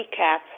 recap